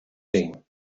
team